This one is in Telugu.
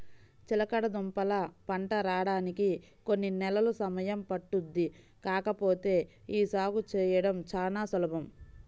చిలకడదుంపల పంట రాడానికి కొన్ని నెలలు సమయం పట్టుద్ది కాకపోతే యీ సాగు చేయడం చానా సులభం